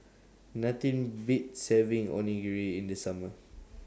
Nothing Beats having Onigiri in The Summer